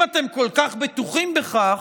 אם אתם כל כך בטוחים בכך,